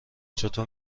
چطور